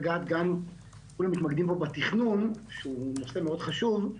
כולם מתמקדים פה בתכנון שהוא נושא מאוד חשוב,